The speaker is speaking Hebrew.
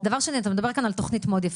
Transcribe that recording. דבר שני, אתה מדבר כאן על תוכנית מאוד יפה.